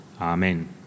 Amen